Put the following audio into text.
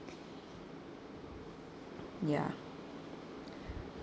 ya